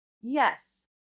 Yes